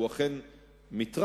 שהוא אכן מטרד,